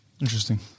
Interesting